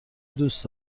دوست